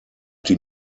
die